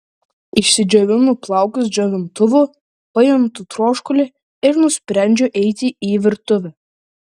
išsidžiovinu plaukus džiovintuvu pajuntu troškulį ir nusprendžiu eiti į virtuvę